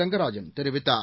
ரெங்கராஜன் தெரிவித்தார்